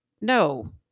no